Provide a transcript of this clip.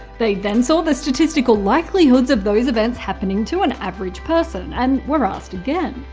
they then saw the statistical likelihoods of those events happening to an average person and were asked again.